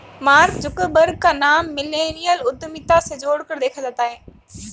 mark Zuckerberg का नाम millennial उद्यमिता से जोड़कर देखा जाता है